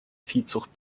viehzucht